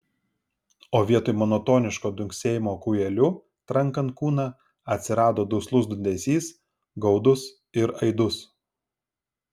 o vietoj monotoniško dunksėjimo kūjeliu trankant kūną atsirado duslus dundesys gaudus ir aidus